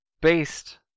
based